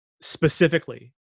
specifically